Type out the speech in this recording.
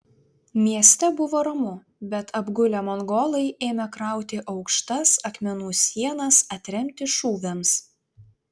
mieste buvo ramu bet apgulę mongolai ėmė krauti aukštas akmenų sienas atremti šūviams